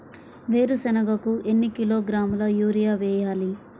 వేరుశనగకు ఎన్ని కిలోగ్రాముల యూరియా వేయాలి?